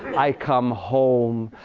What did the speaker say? i come home.